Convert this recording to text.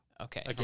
Okay